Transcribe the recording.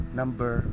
number